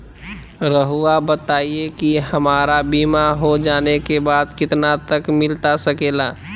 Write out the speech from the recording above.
रहुआ बताइए कि हमारा बीमा हो जाने के बाद कितना तक मिलता सके ला?